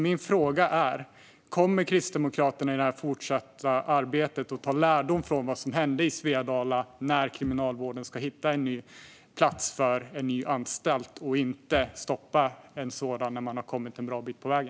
Min fråga är: När det gäller Kriminalvårdens fortsatta arbete med att hitta en ny plats för en ny anstalt, kommer Kristdemokraterna att dra lärdom av det som hände i Svedala och inte stoppa en sådan när de har kommit en bra bit på vägen?